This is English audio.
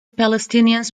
palestinians